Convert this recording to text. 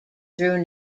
through